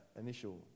initial